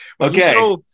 Okay